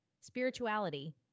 Spirituality